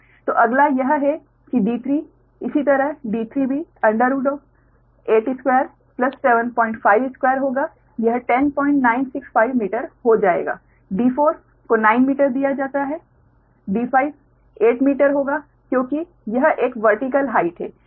तो अगला यह है कि d3 इसी तरह d3 भी 82752 होगा यह 10965 मीटर हो जाएगा d4 को 9 मीटर दिया जाता है d5 8 मीटर होगा क्योंकि यह एक वर्टिकल हाइट है